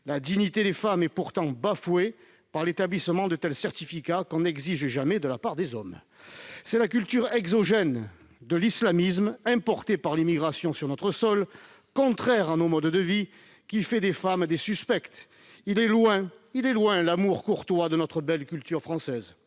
La dignité des femmes est pourtant bafouée par l'établissement de tels certificats, que l'on n'exige jamais des hommes. C'est la culture exogène de l'islamisme importé par l'immigration sur notre sol, contraire à nos modes de vie, qui fait des femmes des suspectes. Il est loin l'amour courtois de notre belle culture française